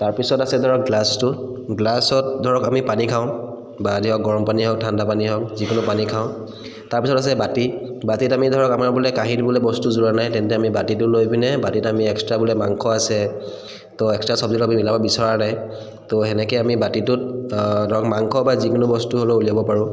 তাৰপিছত আছে ধৰক গ্লাছটো গ্লাছত ধৰক আমি পানী খাওঁ বা ধৰক গৰম পানী হওক ঠাণ্ডা পানী হওক যিকোনো পানী খাওঁ তাৰপিছত আছে বাটি বাটিত আমি ধৰক আমাৰ বোলে কাঁহী দিবলৈ বস্তু যোৰা নাই তেন্তে আমি বাটিটো লৈ পিনে বাটিত আমি এক্সট্ৰা বোলে মাংস আছে ত' এক্সট্ৰা চব্জি লগত মিলাব বিচৰা নাই তো তেনেকৈ আমি বাটিটোত ধৰক মাংস বা যিকোনো বস্তু হ'লেও উলিয়াব পাৰোঁ